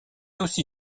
aussi